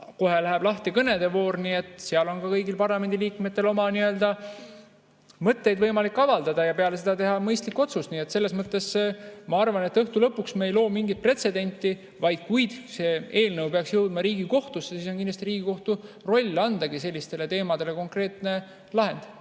Kohe läheb lahti kõnede voor, ka seal on ka kõigil parlamendiliikmetel võimalik oma mõtteid avaldada ja peale seda teha mõistlik otsus. Nii et selles mõttes ma arvan, et õhtu lõpuks me ei loo mingit pretsedenti, vaid, kui see eelnõu peaks jõudma Riigikohtusse, siis on kindlasti Riigikohtu roll andagi sellistele teemadele konkreetne lahend.